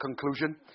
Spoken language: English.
conclusion